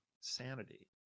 sanity